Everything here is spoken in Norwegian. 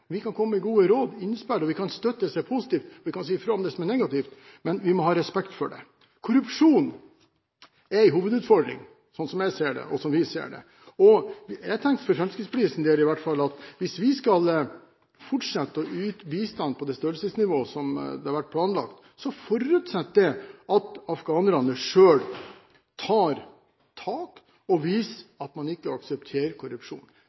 Vi kan komme med gode råd og innspill, vi kan støtte det som er positivt og si fra om det som er negativt, men vi må ha respekt for det. Korrupsjon er en hovedutfordring, slik vi ser det. Jeg tenker at det, etter Fremskrittspartiets syn, i hvert fall, er slik at hvis vi skal fortsette å yte bistand på det størrelsesnivået som har vært planlagt, forutsetter det at afghanerne selv tar tak og viser at man ikke aksepterer korrupsjon.